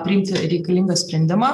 priimti reikalingą sprendimą